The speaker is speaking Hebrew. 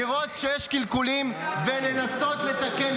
לראות שיש קלקולים ולנסות לתקן,